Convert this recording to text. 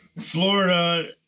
Florida